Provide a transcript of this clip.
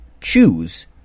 choose